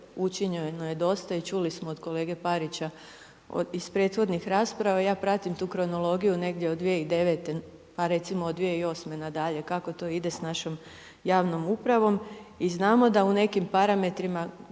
učinjeno je dosta i čuli smo od kolege Parića iz prethodnih rasprava, ja pratim tu kronologiju negdje od 2009., pa recimo od 2008. na dalje kako to ide s našom javnom upravom. I znamo da u nekim parametrima